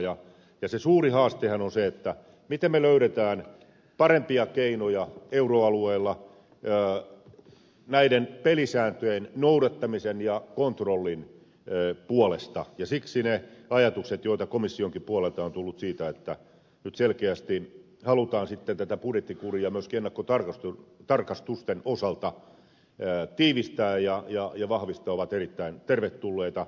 ja se suuri haastehan on se miten me löydämme parempia keinoja euroalueella näiden pelisääntöjen noudattamisen ja kontrollin puolesta ja siksi ne ajatukset joita komissionkin puolelta on tullut siitä että nyt selkeästi halutaan sitten tätä budjettikuria myöskin ennakkotarkastusten osalta tiivistää ja vahvistaa ovat erittäin tervetulleita